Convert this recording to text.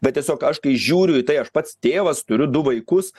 bet tiesiog aš kai žiūriu į tai aš pats tėvas turiu du vaikus